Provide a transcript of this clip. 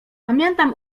pamiętam